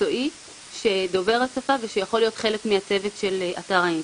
מקצועי שדובר השפה ושיכול להיות חלק מהצוות של אתר האינטרנט.